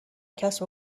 کسب